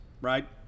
right